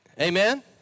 Amen